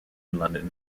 london